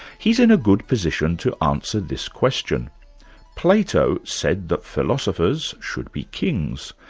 he's in a good position to answer this question plato said that philosophers should be kings,